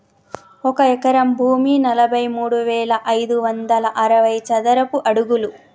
ఒక ఎకరం భూమి నలభై మూడు వేల ఐదు వందల అరవై చదరపు అడుగులు